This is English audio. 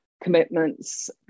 commitments